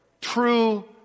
true